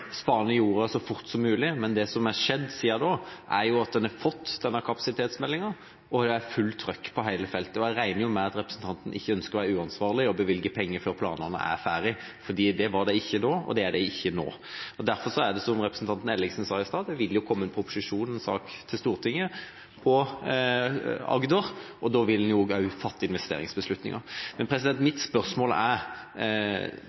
i jorda så fort som mulig, men det som har skjedd siden da, er at en har fått denne kapasitetsmeldinga. Det er fullt trøkk på hele feltet, og jeg regner med at representanten ikke ønsker å være uansvarlig og bevilge penger før planene er ferdige, for det var de ikke da, og det er de ikke nå. Som representanten Ellingsen sa i stad, vil det komme en proposisjon, en sak, til Stortinget om Agder, og da vil en også fatte investeringsbeslutninger. Men mitt spørsmål er: Når Arbeiderpartiet velger ikke å gå med på løsninger som sikrer flere lukkede plasser nå, og